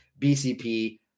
BCP